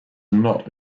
not